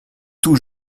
tout